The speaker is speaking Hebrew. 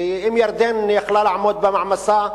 ואם ירדן יכלה לעמוד במעמסה,